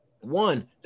one